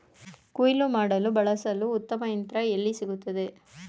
ಕುಯ್ಲು ಮಾಡಲು ಬಳಸಲು ಉತ್ತಮ ಯಂತ್ರ ಎಲ್ಲಿ ಸಿಗುತ್ತದೆ?